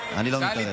צודק, אני לא מתערב.